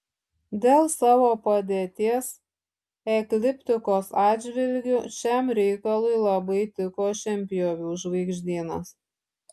dėl savo padėties ekliptikos atžvilgiu šiam reikalui labai tiko šienpjovių žvaigždynas